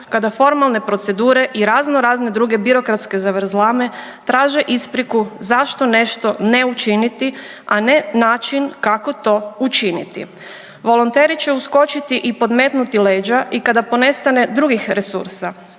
kada formalne procedure i raznorazne druge birokratske zavrzlame traže ispriku zašto nešto ne učiniti, a ne način kako to učiniti. Volonteri će uskočiti i podmetnuti leđa i kada ponestane drugih resursa